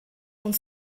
und